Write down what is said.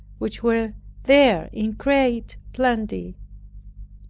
which were there in great plenty